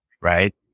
right